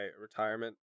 retirement